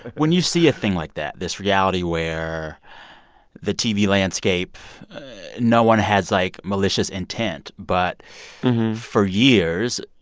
when you see a thing like that, this reality where the tv landscape no one has, like, malicious intent, but for years,